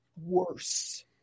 worse